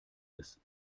ist